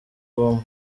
ubumwe